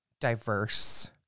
diverse